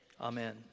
Amen